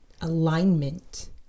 alignment